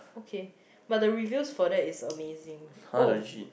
okay but the reviews for that is amazing oh